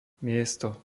miesto